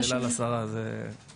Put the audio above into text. זו שאלה לשרה, זה מעלינו.